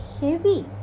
heavy